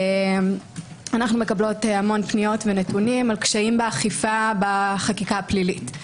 אנו מקבלות המון פניות ונתונים על קשיים באכיפה בחקיקה הפלילית.